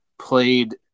played